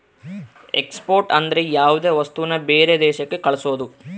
export ಅಂದ್ರ ಯಾವ್ದೇ ವಸ್ತುನ ಬೇರೆ ದೇಶಕ್ ಕಳ್ಸೋದು